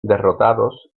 derrotados